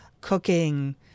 cooking